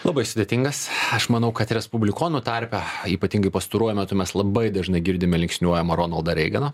labai sudėtingas aš manau kad respublikonų tarpe ypatingai pastaruoju metu mes labai dažnai girdime linksniuojamą ronaldą reiganą